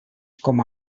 com